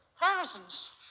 Thousands